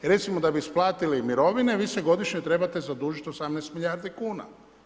Recimo da bi isplatili mirovine, vi se godišnje trebate zadužiti 18 milijardi kuna.